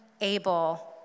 able